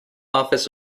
office